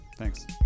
Thanks